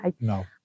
No